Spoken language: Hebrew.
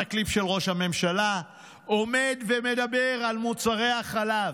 אני זוכר את הקליפ של ראש הממשלה עומד ומדבר על מוצרי החלב.